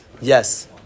yes